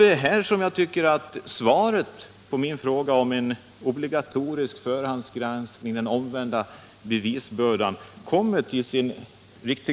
Här tycker jag att min fråga om en obligatorisk förhandsgranskning, den omvända bevisföringen, visar på kärnpunkten.